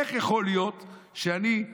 איך יכול להיות שאני,